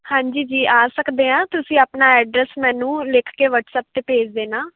ਹਾਂਜੀ ਜੀ ਆ ਸਕਦੇ ਹਾਂ ਤੁਸੀਂ ਆਪਣਾ ਐਡਰੈਸ ਮੈਨੂੰ ਲਿਖ ਕੇ ਵਟਸਐਪ 'ਤੇ ਭੇਜ ਦੇਣਾ